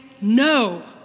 no